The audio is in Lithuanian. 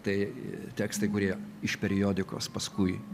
tai tekstai kurie iš periodikos paskui